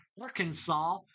Arkansas